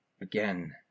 Again